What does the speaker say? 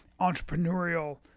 entrepreneurial